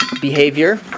behavior